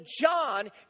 John